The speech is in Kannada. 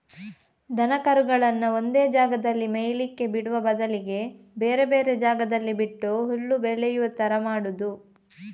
ದನ ಕರುಗಳನ್ನ ಒಂದೇ ಜಾಗದಲ್ಲಿ ಮೇಯ್ಲಿಕ್ಕೆ ಬಿಡುವ ಬದಲಿಗೆ ಬೇರೆ ಬೇರೆ ಜಾಗದಲ್ಲಿ ಬಿಟ್ಟು ಹುಲ್ಲು ಬೆಳೆಯುವ ತರ ಮಾಡುದು